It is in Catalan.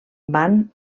van